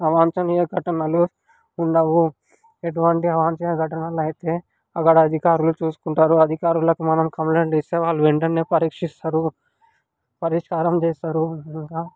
అవాంఛనీయ ఘటనలు ఉండవు ఎటువంటి అవాంఛనీయ ఘటనలు అయితే అక్కడ అధికారులు చూసుకుంటారు అధికారులకు మనం కంప్లైంట్ ఇస్తే వాళ్ళు వెంటనే పరీక్షిస్తారు పరిష్కారం చేస్తారు ఇంకా